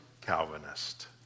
Calvinist